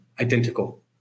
Identical